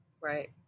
Right